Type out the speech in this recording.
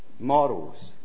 models